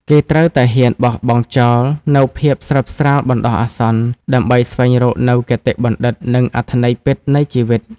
គេត្រូវតែហ៊ានបោះបង់ចោលនូវភាពស្រើបស្រាលបណ្ដោះអាសន្ន ដើម្បីស្វែងរកនូវគតិបណ្ឌិត និងអត្ថន័យពិតនៃជីវិត។